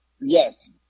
Yes